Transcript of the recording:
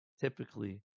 Typically